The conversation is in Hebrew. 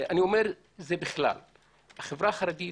החברה החרדית,